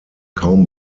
kaum